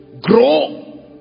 grow